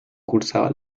cursaba